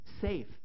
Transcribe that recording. safe